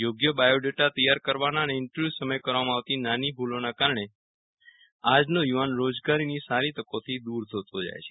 યોગ્ય બાયોડેટા તૈયાર કરવાના અને ઈન્ટરવ્યુ સમયે કરવામાં આવતી નાની નાની ભુલોના કારણે આજનો યુવાન રોજગારીની સારી તકોથી દૂર થતો જાય છે